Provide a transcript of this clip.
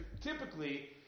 typically